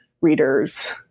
readers